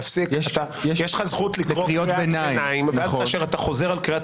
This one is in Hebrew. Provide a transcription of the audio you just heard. יש לך זכות לקרוא קריאות ביניים אבל כאשר אתה חוזר על קריאת